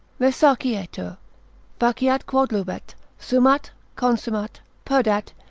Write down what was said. resarcietur faciat quod lubet, sumat, consumat, perdat,